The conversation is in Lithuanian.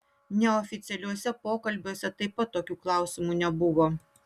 neoficialiuose pokalbiuose taip pat tokių klausimų nebuvo